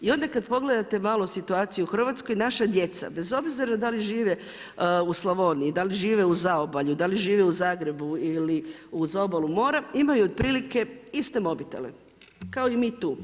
I onda kad pogledate malo situaciju u Hrvatskoj naša djeca bez obzira da li žive u Slavoniji, da li žive u zaobalju, da li žive u Zagrebu ili uz obalu mora imaju otprilike iste mobitele kao i mi tu.